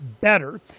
better